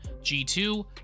G2